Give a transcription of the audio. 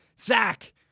Zach